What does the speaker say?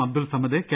Abdul Samad K